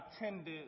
attended